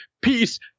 Peace